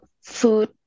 food